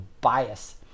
bias